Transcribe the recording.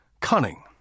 cunning